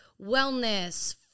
wellness